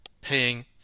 paying